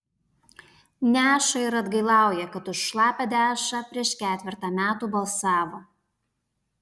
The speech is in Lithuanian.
neša ir atgailauja kad už šlapią dešrą prieš ketvertą metų balsavo